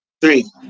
Three